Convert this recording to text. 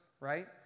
right